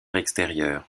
extérieur